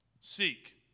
Seek